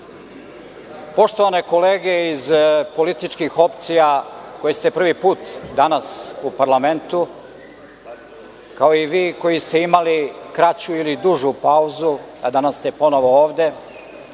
poštovane kolege iz političkih opcija koji ste prvi put danas u parlamentu, kao i vi koji ste imali kraću ili dužu pauzu, a danas ste ponovo ovde,